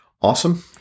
awesome